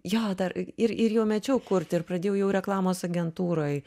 jo dar ir ir jau mečiau kurt ir pradėjau jau reklamos agentūroj